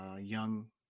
young